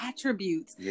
attributes